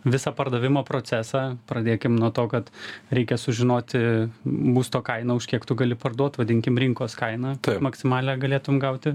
visą pardavimo procesą pradėkim nuo to kad reikia sužinoti būsto kainą už kiek tu gali parduot vadinkim rinkos kainą maksimalią galėtum gauti